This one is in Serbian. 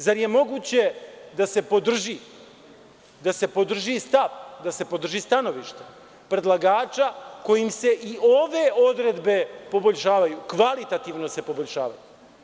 Zar je moguće da se podrži stav, da se podrži stanovište predlagača kojim se i ove odredbe poboljšavaju, kvalitativno se poboljšavaju?